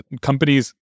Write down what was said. Companies